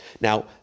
Now